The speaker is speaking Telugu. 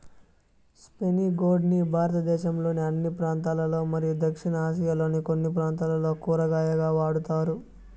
స్పైనీ గోర్డ్ ని భారతదేశంలోని అన్ని ప్రాంతాలలో మరియు దక్షిణ ఆసియాలోని కొన్ని ప్రాంతాలలో కూరగాయగా వాడుతారు